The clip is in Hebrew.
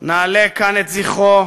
נעלה כאן את זכרו,